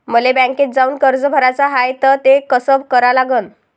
मले बँकेत जाऊन कर्ज भराच हाय त ते कस करा लागन?